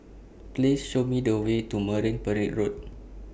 Please Show Me The Way to Marine Parade Road